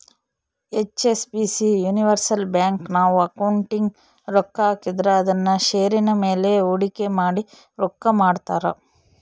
HSBC universal bank, ನಾವು ಅಕೌಂಟಿಗೆ ರೊಕ್ಕ ಹಾಕಿದ್ರ ಅದುನ್ನ ಷೇರಿನ ಮೇಲೆ ಹೂಡಿಕೆ ಮಾಡಿ ರೊಕ್ಕ ಮಾಡ್ತಾರ